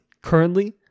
currently